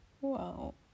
Wow